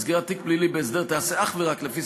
כי סגירת תיק פלילי בהסדר תיעשה אך ורק לפי